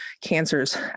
cancers